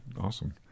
Awesome